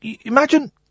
imagine